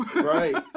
right